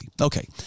Okay